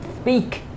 Speak